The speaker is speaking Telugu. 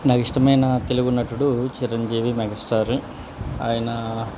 నాకు ఇష్టమైన తెలుగు నటుడు చిరంజీవి మెగస్టారు ఆయన